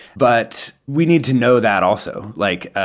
but we need to know that also. like, ah